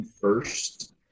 first